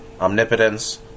Omnipotence